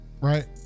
right